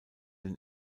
den